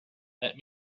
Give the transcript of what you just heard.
let